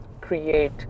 create